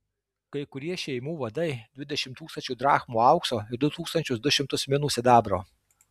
kai kurie šeimų vadai dvidešimt tūkstančių drachmų aukso ir du tūkstančius du šimtus minų sidabro